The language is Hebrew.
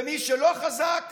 ומי שלא חזק,